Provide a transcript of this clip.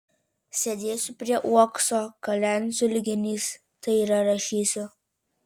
sėdėsiu prie uokso kalensiu lyg genys tai yra rašysiu